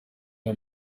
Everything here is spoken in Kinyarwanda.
aya